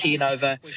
Over